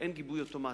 אין גיבוי אוטומטי.